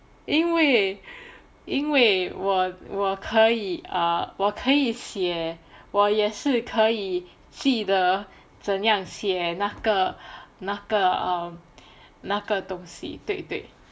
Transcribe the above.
因为因为我我可以 err 我可以写我也是可以记得怎样写那个那个 um 那个东西对对